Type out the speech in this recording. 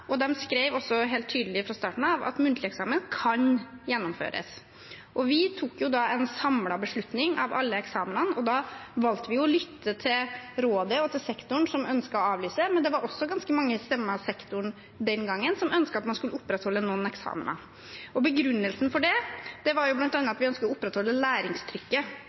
og de skrev også helt tydelig fra starten av at muntlig eksamen kan gjennomføres. Vi tok en samlet beslutning av alle eksamenene, og da valgte vi å lytte til rådet og sektoren som ønsket å avlyse, men det var også ganske mange stemmer i sektoren den gangen som ønsket at man skulle opprettholde noen eksamener. Begrunnelsen for det var bl.a. at vi ønsket å opprettholde læringstrykket.